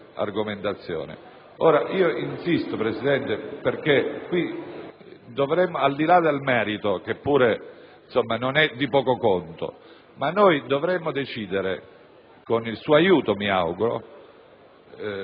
Ora, io insisto, Presidente, perché al di là del merito, che pure non è di poco conto, noi dovremmo decidere, con il suo aiuto mi auguro, se in